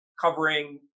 covering